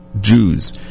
Jews